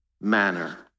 manner